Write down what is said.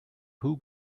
who